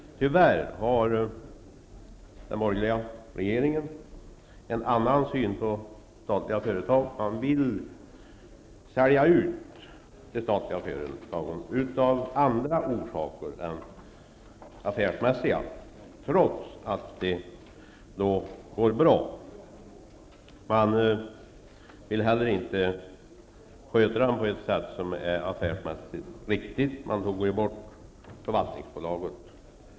Tyvärr har den borgerliga regeringen en annan syn på statliga företag. Man vill sälja ut de statliga företagen av andra orsaker än affärsmässiga, trots att de statliga företagen går bra. Men man vill heller inte sköta det på ett affärsmässigt riktigt sätt. Man tog ju bort förvaltningsbolaget.